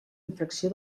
infracció